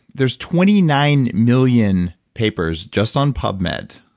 there's twenty nine million papers just on pubmed.